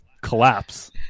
collapse